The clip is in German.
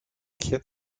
kehrt